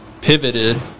pivoted